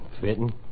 fitting